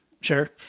Sure